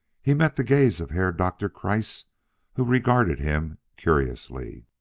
he met the gaze of herr doktor kreiss who regarded him curiously.